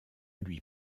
lui